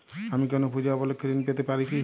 আমি কোনো পূজা উপলক্ষ্যে ঋন পেতে পারি কি?